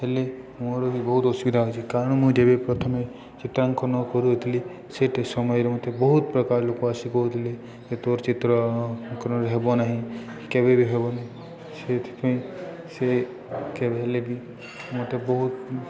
ହେଲେ ମୋର ବି ବହୁତ ଅସୁବିଧା ହେଉଛି କାରଣ ମୁଁ ଯେବେ ପ୍ରଥମେ ଚିତ୍ରାଙ୍କନ କରଉଥିଲି ସେଟ ସମୟରେ ମୋତେ ବହୁତ ପ୍ରକାର ଲୋକ ଆସି କହୁଥିଲେ ଯେ ତୋର ଚିତ୍ରଙ୍କନରେ ହେବ ନାହିଁ କେବେ ବି ହେବନି ସେଥିପାଇଁ ସେ କେବେ ହେଲେ ବି ମୋତେ ବହୁତ